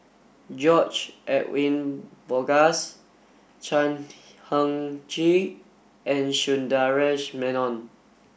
George Edwin Bogaars Chan Heng Chee and Sundaresh Menon